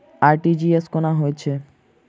RTGS कोना होइत छै?